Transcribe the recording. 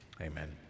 Amen